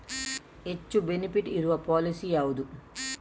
ಹೆಚ್ಚು ಬೆನಿಫಿಟ್ ಇರುವ ಪಾಲಿಸಿ ಯಾವುದು?